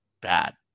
bad